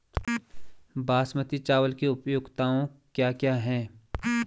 बासमती चावल की उपयोगिताओं क्या क्या हैं?